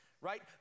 right